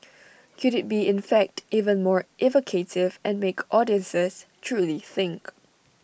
could IT be in fact even more evocative and make audiences truly think